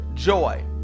joy